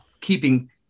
keeping